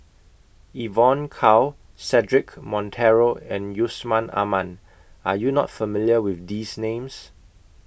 Evon Kow Cedric Monteiro and Yusman Aman Are YOU not familiar with These Names